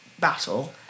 battle